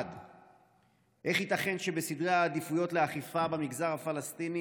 1. איך ייתכן שבסדרי העדיפויות לאכיפה במגזר הפלסטיני,